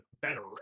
better